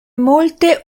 molte